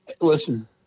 Listen